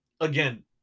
again